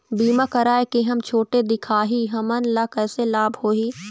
बीमा कराए के हम छोटे दिखाही हमन ला कैसे लाभ होही?